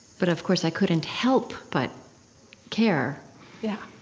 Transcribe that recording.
but of course, i couldn't help but care yeah,